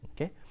okay